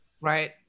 right